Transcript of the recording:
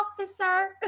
Officer